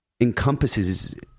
encompasses